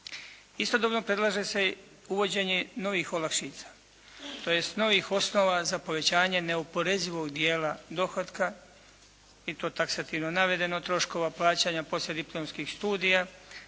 Istodobno predlaže se uvođenje novih olakšica, tj. novih osnova za povećanje neoporezivog dijela dohotka i to taksativno navedeno troškova plaćanja poslijediplomskih studija,